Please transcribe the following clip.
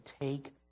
take